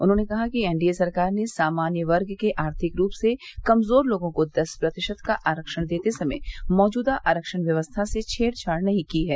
उन्होंने कहा कि एनडीए सरकार ने सामान्य वर्ग के आर्थिक रूप से कमजोर लोगों को दस प्रतिशत का आरक्षण देते समय मौजूदा आरक्षण व्यवस्था से छेड़छाड़ नहीं की है